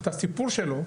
את הסיפור שלו,